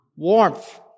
Warmth